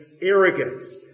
arrogance